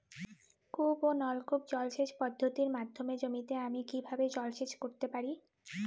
কূপ ও নলকূপ জলসেচ পদ্ধতির মাধ্যমে জমিতে আমি কীভাবে জলসেচ করতে পারি?